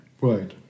right